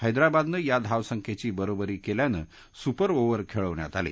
हैदराबादनं या धावसंख्येची बरोबरी केल्यानं सुपर ओव्हर खेळवण्यात आली